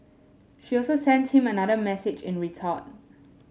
she also sent him another message in retort